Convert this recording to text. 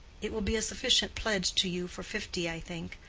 it will be a sufficient pledge to you for fifty, i think.